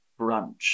Brunch